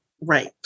Right